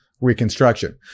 Reconstruction